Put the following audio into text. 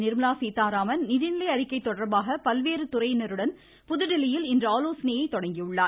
நிர்மலா சீதாராமன் நிதிநிலை அறிக்கை தொடர்பாக பல்வேறு துறையினருடன் புதுதில்லியில் இன்று ஆலோசனையைத் தொடங்கினார்